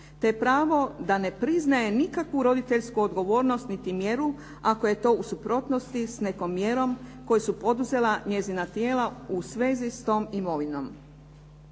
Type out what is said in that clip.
te pravo da ne priznaje nikakvu roditeljsku odgovornost niti mjeru ako je to u suprotnosti s nekom mjerom koju su poduzela njezina tijela u svezi s tom imovinom.